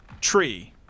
Tree